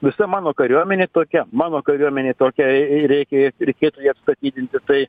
visa mano kariuomenė tokia mano kariuomenė tokia jei reikia reikėtų jį atstatydinti tai